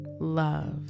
love